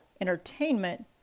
entertainment